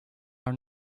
our